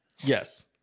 Yes